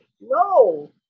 no